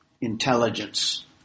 intelligence